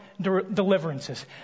deliverances